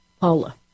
Paula